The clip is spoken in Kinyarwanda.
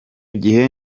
gihe